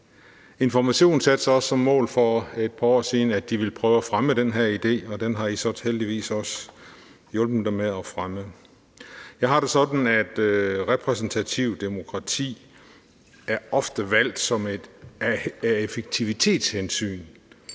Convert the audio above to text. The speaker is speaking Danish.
Information satte sig også som mål for et par år siden, at de ville prøve at fremme den her idé, og den har I så heldigvis også hjulpet dem med at fremme. Jeg har det sådan, at repræsentativt demokrati ofte er valgt af effektivitetshensyn,